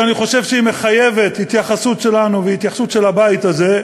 שאני חושב שהיא מחייבת התייחסות שלנו והתייחסות של הבית הזה,